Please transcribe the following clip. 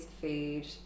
food